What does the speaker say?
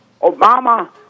Obama